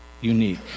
unique